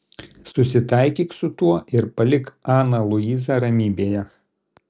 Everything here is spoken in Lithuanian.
susitaikyk su tuo ir palik aną luizą ramybėje